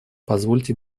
позвольте